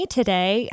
today